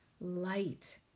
light